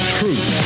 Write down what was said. truth